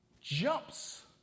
jumps